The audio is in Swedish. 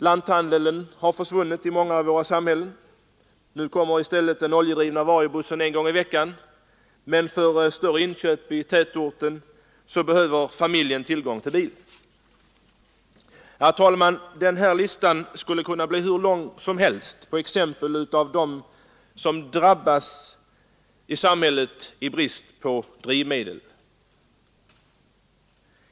Lanthandeln har försvunnit i många av våra samhällen. Nu kommer i stället den oljedrivna varubussen en gång i veckan. Men för större inköp i tätorten behöver familjen tillgång till bil. Herr talman! Listan över dem i samhället som drabbas av en brist på drivmedel skulle kunna göras hur lång som helst.